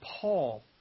Paul